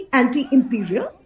anti-imperial